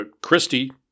Christie